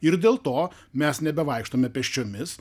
ir dėl to mes nebevaikštome pėsčiomis